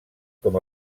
com